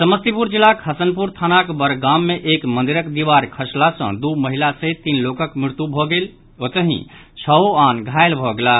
समस्तीपुर जिलाक हसनपुर थानाक बड़गाम मे एक मंदिरक दीवार खसला सॅ दू महिला सहित तीन लोकक मृत्यु भऽ गेल ओतहि छओ आन घायल भऽ गेलाह